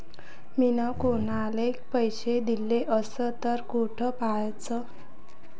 मिन कुनाले पैसे दिले असन तर कुठ पाहाचं?